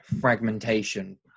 Fragmentation